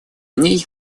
ней